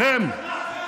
בושה,